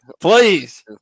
Please